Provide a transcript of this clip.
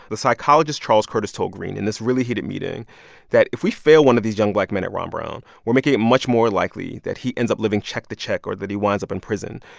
the psychologist charles curtis told greene in this really heated meeting that if we fail one of these young black men at ron brown, we're making it much more likely that he ends up living check to check or that he winds up in prison.